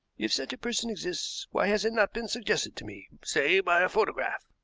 if such a person exists, why has it not been suggested to me, say, by a photograph?